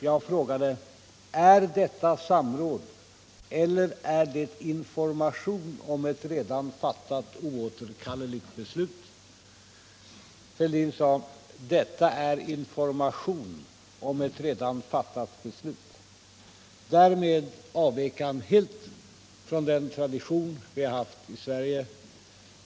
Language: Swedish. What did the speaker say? Jag frågade: Är detta samråd eller är det information om ett redan fattat, oåterkalleligt beslut? Herr Fälldin sade: Detta är information om ett redan fattat beslut. Därmed avvek han helt från den tradition vi haft i Sverige.